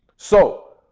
so,